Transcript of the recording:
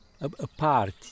apart